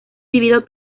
vivido